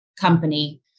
company